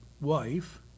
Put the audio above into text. wife